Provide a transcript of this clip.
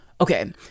Okay